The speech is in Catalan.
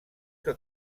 que